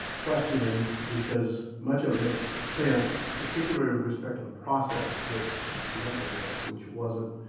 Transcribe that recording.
questioning because much of it makes sense particularly with respect to the process that led to this, which wasn't